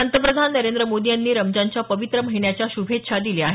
पंतप्रधान नरेंद्र मोदी यांनी रमजानच्या पवित्र महिन्याच्या श्रभेच्छा दिल्या आहेत